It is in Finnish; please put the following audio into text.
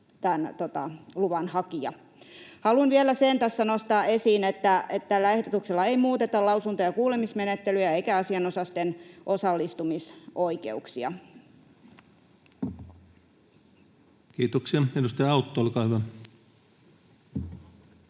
tämän luvan hakija. Haluan vielä sen tässä nostaa esiin, että tällä ehdotuksella ei muuteta lausunto- ja kuulemismenettelyjä eikä asianosaisten osallistumisoikeuksia. [Speech 14] Speaker: